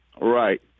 right